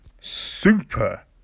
super